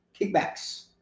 Kickbacks